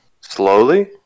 slowly